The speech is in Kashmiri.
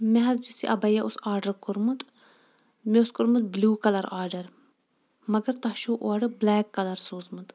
مےٚ حظ یُس یہِ ابیا اوس آڈر کوٚرمُت مےٚ اوس کوٚرمُت بلوٗ کلر آڈر مگر تۄہہِ چھُو اورٕ بلیک کلر سوٗزمُت